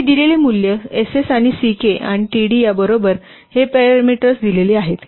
ही दिलेली मूल्ये Ss आणि Ck आणि td या बरोबर 2 हे पॅरामीटर्ससाठी दिलेली आहेत